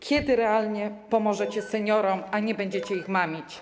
Kiedy realnie pomożecie seniorom, a nie będziecie ich mamić?